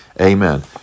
Amen